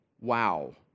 Wow